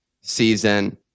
season